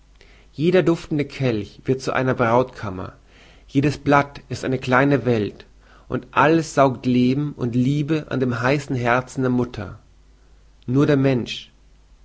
jeder duftende kelch wird zu einer brautkammer jedes blatt ist eine kleine welt und alles saugt leben und liebe an dem heißen herzen der mutter nur der mensch